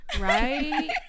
Right